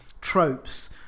Tropes